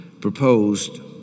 proposed